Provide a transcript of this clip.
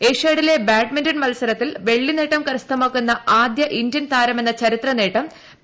ഏഷ്യാഡിലെ badminton മത്സരത്തിൽ വെള്ളി നേട്ടം കരസ്ഥമാക്കുന്ന ആദ്യ ഇന്ത്യൻ താരം എന്ന ചരിത്രനേട്ടം പി